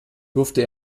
durfte